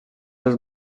dels